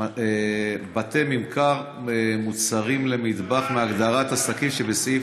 בתי ממכר למוצרים למטבח מהגדרת "עסקים" שבסעיף